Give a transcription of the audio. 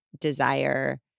desire